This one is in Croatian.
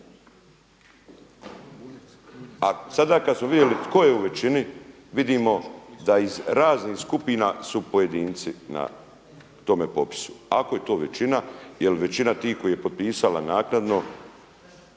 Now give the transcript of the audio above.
A sada kada smo vidjeli tko je u većini vidimo da iz raznih skupina su pojedinci na tome popisu. Ako je to većina jel većina tih koja je potpisala naknadno